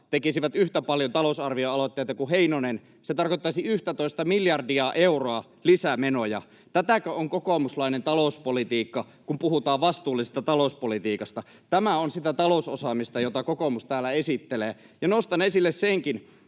tekisivät talousar-vioaloitteita yhtä paljon kuin Heinonen, se tarkoittaisi 11 miljardia euroa lisämenoja. Tätäkö on kokoomuslainen talouspolitiikka, kun puhutaan vastuullisesta talouspolitiikasta? Tämä on sitä talousosaamista, jota kokoomus täällä esittelee. Ja nostan esille senkin,